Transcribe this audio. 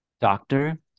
Doctor